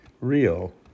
real